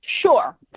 Sure